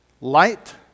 Light